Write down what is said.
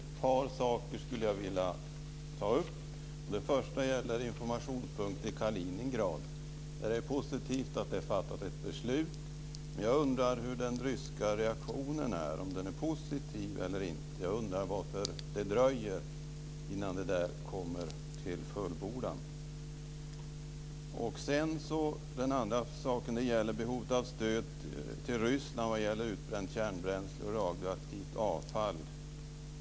Herr talman! Ett par saker skulle jag vilja ta upp. Det första gäller informationspunkten Kaliningrad. Det är positivt att det har fattats ett beslut, men jag undrar hur den ryska reaktionen är, om den är positiv eller inte. Jag undrar varför det dröjer innan det kommer till fullbordan. Den andra saken gäller behovet av stöd till Ryssland i fråga om utbränt kärnbränsle och radioaktivt avfall.